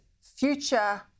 future